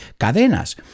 cadenas